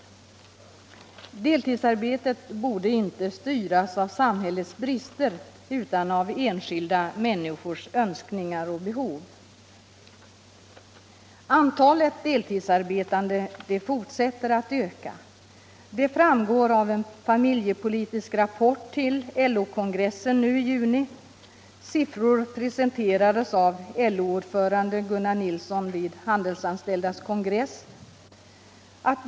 Deltidsarbetet borde inte styras av samhällets brister utan av enskilda människors önskningar och behov. Det framgår av en familjepolitisk rapport till LO-kongressen i juni att antalet deltidsarbetande fortsätter att öka, Siffrorna presenterades av LO-ordföranden Gunnar Nilsson vid Handelsanställdas kongress.